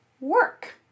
work